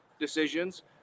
decisions